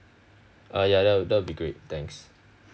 ah ya that that will be great thanks